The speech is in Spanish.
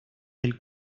del